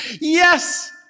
Yes